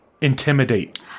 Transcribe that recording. intimidate